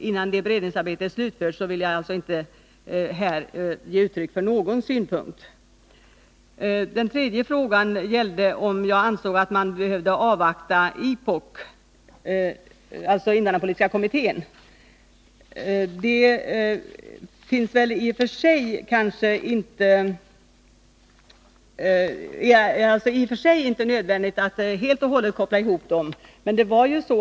Innan det beredningsarbetet slutförts vill jag inte ge uttryck för någon ståndpunkt. Den tredje frågan gällde om jag anser att man behöver avvakta Ipocs, dvs. invandrarpolitiska kommitténs, arbete, innan man kan ändra reglerna för särbehandlingen av dessa invandrare. Det är kanske i och för sig inte nödvändigt att koppla ihop dessa båda ting.